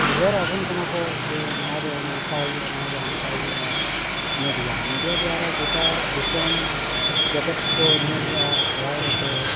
ᱩᱭᱦᱟᱹᱨ ᱟᱵᱚᱱ ᱠᱟᱱᱟ ᱠᱚ ᱡᱮ ᱱᱚᱣᱟ ᱫᱚ ᱱᱚᱝᱠᱟ ᱦᱩᱭᱩᱜᱼᱟ ᱱᱚᱣᱟ ᱫᱚ ᱦᱟᱱᱠᱟ ᱦᱩᱭᱩᱜᱼᱟ ᱢᱤᱰᱤᱭᱟ ᱢᱮᱰᱤᱭᱟ ᱫᱟᱨᱟ ᱜᱚᱴᱟ ᱫᱤᱥᱚᱢ ᱡᱮᱠᱮᱛ ᱠᱚ ᱧᱮᱞᱮᱜᱼᱟ ᱯᱟᱲᱦᱟᱣᱮᱜᱼᱟ ᱠᱚ